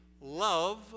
love